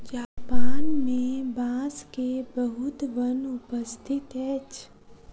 Japan मे बांस के बहुत वन उपस्थित अछि